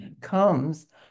comes